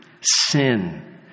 sin